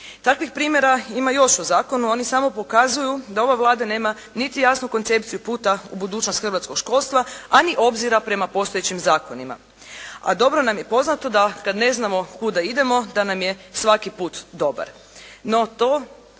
Takvih primjera ima još u zakonu, oni samo pokazuju da ova Vlada nema niti jasnu koncepciju puta u budućnost hrvatskog školstva, a ni obzira prema postojećim zakonima, a dobro nam je poznato da kad ne znamo kuda idemo da nam je svaki put dobar,